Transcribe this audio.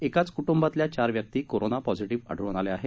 एकाच क्रिबातल्या चार व्यक्ती कोरोना पॉझिबिह आढळून आल्या आहेत